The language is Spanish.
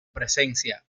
presencia